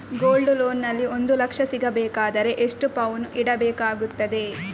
Gold loan ನಲ್ಲಿ ಒಂದು ಲಕ್ಷ ಸಿಗಬೇಕಾದರೆ ಎಷ್ಟು ಪೌನು ಇಡಬೇಕಾಗುತ್ತದೆ?